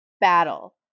battle